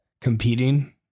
competing